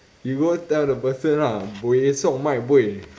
you go tell the person lah bui song mai bui